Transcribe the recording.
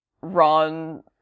Ron